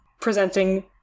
presenting